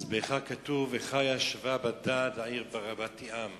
באיכה כתוב: איכה ישבה בדד העיר רבתי עם.